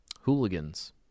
hooligans